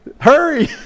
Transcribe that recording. hurry